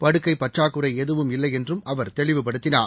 படுக்கை பற்றாக்குறை எதுவும் இல்லை என்றும் அவர் தெளிவுபடுத்தினார்